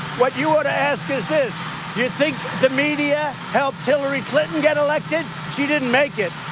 what you ought to ask is this. do you think the media helped hillary clinton get elected? she didn't make it.